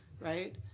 right